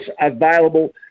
available